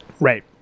right